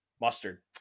Mustard